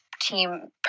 team